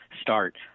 start